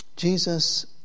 Jesus